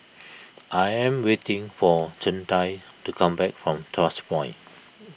I am waiting for Chantal to come back from Tuas Point